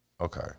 okay